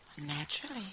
naturally